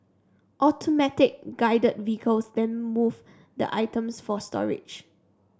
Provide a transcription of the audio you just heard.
automatic Guided Vehicles then move the items for storage